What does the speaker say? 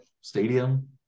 stadium